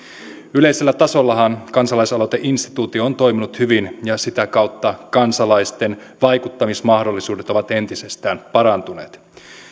yleisellä tasollahan kansalaisaloiteinstituutio on toiminut hyvin ja sitä kautta kansalaisten vaikuttamismahdollisuudet ovat entisestään parantuneet